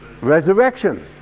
resurrection